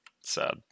Sad